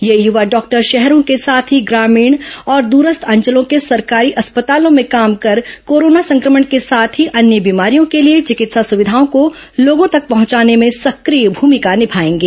ये युवा डॉक्टर शहरों के साथ ही ग्रामीण और दूरस्थ अंचलों के सरकारी अस्पतालों में काम कर कोरोना संक्रमण के साथ ही अन्य बीमारियों के लिए चिकित्सा सुविधाओं को लोगों तक पहंचाने में सक्रिय भूमिका निभाएंगे